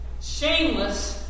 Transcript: shameless